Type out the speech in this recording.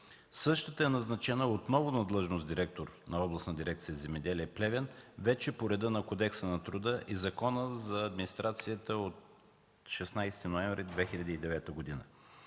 Същата е назначена отново на длъжност директор на Областна дирекция „Земеделие” в Плевен вече по реда на Кодекса на труда и Закона за администрацията от 16 ноември 2009 г.